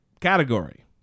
category